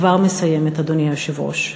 כבר מסיימת, אדוני היושב-ראש.